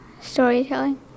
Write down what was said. storytelling